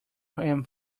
ham